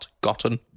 gotten